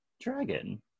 Dragon